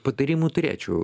patarimų turėčiau